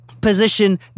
position